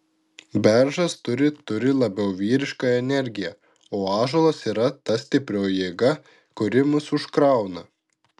beržas turi turi labiau vyrišką energiją o ąžuolas yra ta stiprioji jėga kuri mus užkrauna